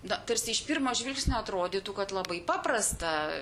na tarsi iš pirmo žvilgsnio atrodytų kad labai paprasta